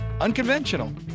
Unconventional